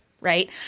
right